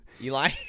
Eli